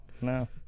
no